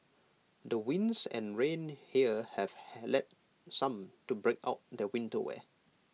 the winds and rain here have had led some to break out their winter wear